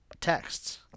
texts